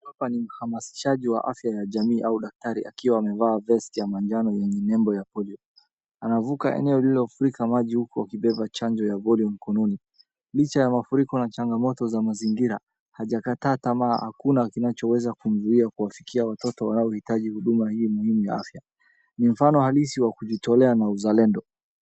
Hapa ni mhamasishaji wa afya ya jamii au daktari akiwa amevaa vesti ya manjano yenye nembo ya polio. Anavuka eneo liliofurika maji huku akibeba chanjo ya polio mkononi. Licha ya mafuriko na changamoto za mazingira hajakata tamaa; hakuna kinachoweza kumzuia kuwafikia watoto wanaohitaji huduma hiyo muhimu ya afya. Ni mfano halisi wa kujitolea na uzalendo.